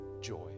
joy